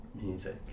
music